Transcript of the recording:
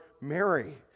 Mary